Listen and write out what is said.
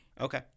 Okay